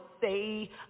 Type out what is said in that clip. say